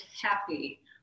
happy